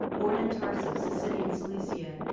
born in tarsus, a city in cilicia,